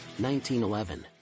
1911